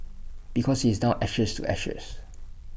because he is now ashes to ashes